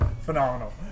phenomenal